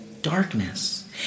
darkness